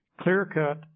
clear-cut